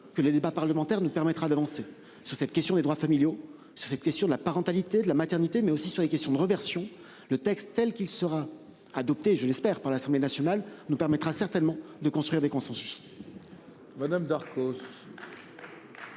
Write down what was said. que les débats parlementaires nous permettra d'avancer sur cette question des droits familiaux. Cette question de la parentalité de la maternité mais aussi sur les questions de réversion le texte tel qu'il sera adopté je l'espère, par l'Assemblée nationale nous permettra certainement de construire des consensus.